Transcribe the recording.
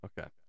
Okay